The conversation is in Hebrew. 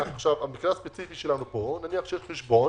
המקרה הספציפי שלנו פה, נניח שיש חשבון